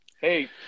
Hey